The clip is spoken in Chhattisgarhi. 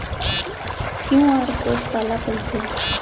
क्यू.आर कोड काला कहिथे?